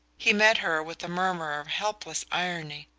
he met her with a murmur of helpless irony.